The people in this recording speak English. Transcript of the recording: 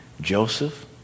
Joseph